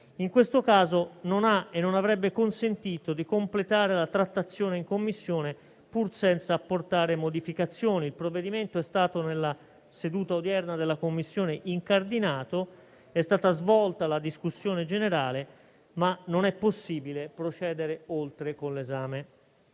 in questo caso non ha e non avrebbe consentito di completare la trattazione in Commissione, pur senza apportare modificazioni. Il provvedimento è stato incardinato nella seduta odierna della Commissione; è stata svolta la discussione generale, ma non è possibile procedere oltre con l'esame.